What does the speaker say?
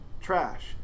trash